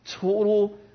total